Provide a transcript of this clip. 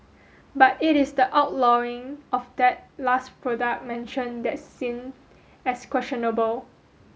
but it is the outlawing of that last product mentioned that's seen as questionable